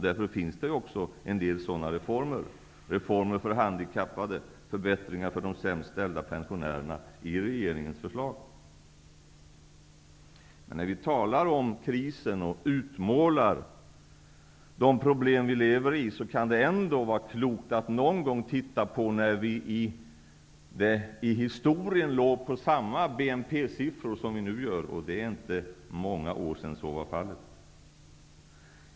Därför finns det också en del reformer för handikappade och förbättringar för de sämst ställda pensionärerna i regeringens förslag. När vi talar om krisen och utmålar de problem som vi lever i, kan det ändå vara klokt att någon gång se på när vi senast hade samma BNP-siffror som vi nu har, och det är inte många år sedan så var fallet.